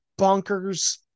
bonkers